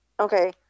Okay